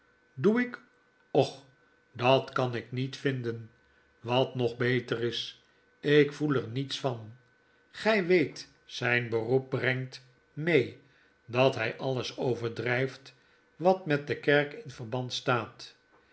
doe ik och dat kan ik niet vinden wat nog beter is ik voel er niets van gij weet zyn beroep brengt mee dat hij alles overdraft wat met de kerk in verband staat